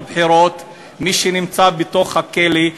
מי שנמצא בתוך הכלא,